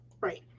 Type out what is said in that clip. Right